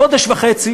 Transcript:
חודש וחצי